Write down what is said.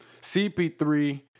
CP3